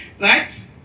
Right